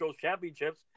championships